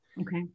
Okay